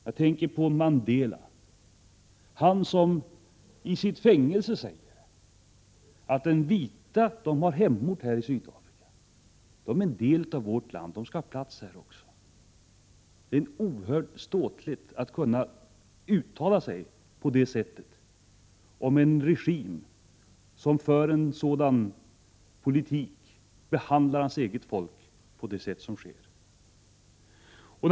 Jag tänker inte minst på Nelson Mandela, som i sitt fängelse säger: De vita har hemort här i Sydafrika. De är en del av vårt land, och också de skall ha plats här. Det är storslaget av Mandela att kunna uttala sig på det sättet om människor som bär upp en regim som för en politik och behandlar folkmajoriteten på det sätt den gör.